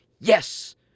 yes